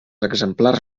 exemplars